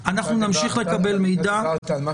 אנחנו בוועדה לא מספיקים לטפל בכל הדברים בגלל תקנות הקורונה,